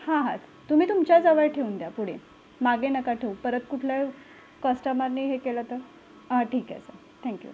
हां हां तुम्ही तुमच्याजवळ ठेऊन द्या पुढे मागे नका ठेऊ परत कुठला कस्टमरनी हे केलं तर ठीक आहे सर थॅंक यू